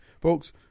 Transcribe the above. Folks